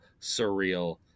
surreal